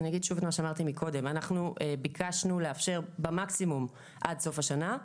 אגיד שוב את מה שאמרתי קודם: ביקשנו לאפשר במקסימום עד סוף השנה,